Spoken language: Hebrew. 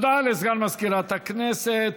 הודעה לסגן מזכירת הכנסת.